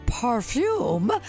Perfume